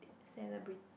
celebrate